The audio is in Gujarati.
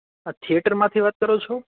આ થિયેટરમાંથી વાત કરો છો